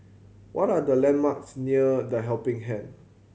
what are the landmarks near The Helping Hand